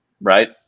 right